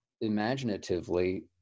imaginatively